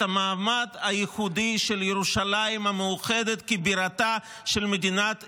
את המעמד הייחודי של ירושלים המאוחדת כבירתה של מדינת ישראל,